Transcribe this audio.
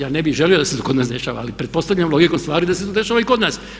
Ja ne bih želio da se kod nas dešava ali pretpostavljam logikom stvari da se to dešava i kod nas.